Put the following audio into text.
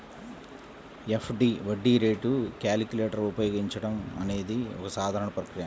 FD వడ్డీ rate calculator ఉపయోగించడం అనేది ఒక సాధారణ ప్రక్రియ